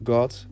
God